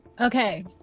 okay